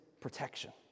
protection